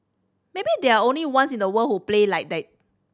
maybe they're only ones in the world who play like that